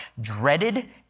dreaded